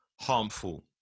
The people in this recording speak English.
harmful